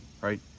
right